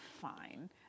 fine